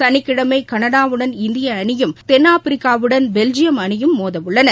சனிக்கிழமை கனடாவுடன் இந்திய அணியும் தென்ஆப்பிரிக்காவுடன் பெல்ஜியம் அணியும் மோத உள்ளன